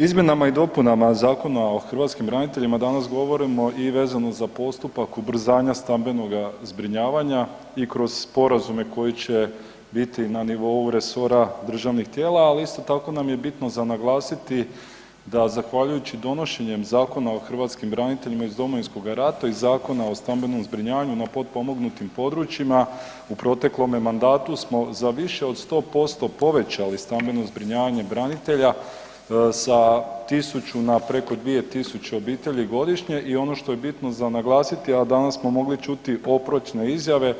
Izmjenama i dopunama Zakona o hrvatskim braniteljima danas govorimo i vezano za postupak ubrzanja stambenoga zbrinjavanja i kroz sporazume koji će biti na nivou resora državnih tijela, ali isto tako nam je bitno za naglasiti da zahvaljujući donošenjem Zakona o hrvatskim braniteljima iz Domovinskoga rata i Zakona o stambenom zbrinjavanju na potpomognutim područjima u proteklome mandatu smo za više od 100% povećali stambeno zbrinjavanje branitelja sa 1.000 na preko 2.000 obitelji godišnje i ono što je bitno za naglasiti, a danas smo mogli čuti oprečne izjave